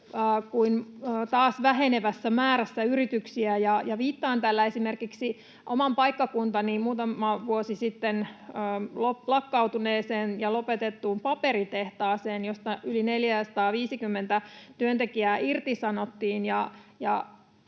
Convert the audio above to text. kuin taas vähenevässä määrässä yrityksiä. Viittaan tällä esimerkiksi omalla paikkakunnallani muutama vuosi sitten lakkautuneeseen ja lopetettuun paperitehtaaseen, josta yli 450 työntekijää irtisanottiin.